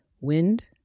Wind